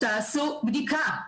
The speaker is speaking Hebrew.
תעשו בדיקה.